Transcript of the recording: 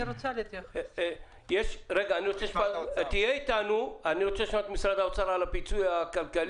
אני רוצה לשמוע את משרד האוצר על הפיצוי הכלכלי,